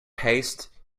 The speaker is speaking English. haste